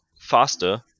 faster